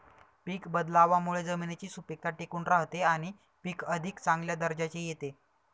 पीक बदलावामुळे जमिनीची सुपीकता टिकून राहते आणि पीक अधिक चांगल्या दर्जाचे येते